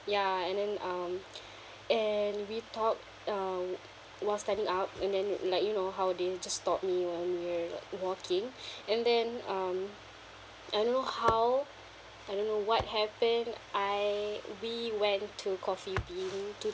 ya and then um and we talked um while standing up and then like you know how they just stop me when we're walking and then um I don't know how I don't know what happen I we went to coffee bean to